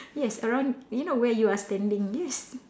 yes around you know where you are standing yes